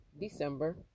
December